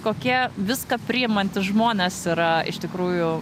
kokie viską priimantys žmonės yra iš tikrųjų